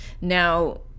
Now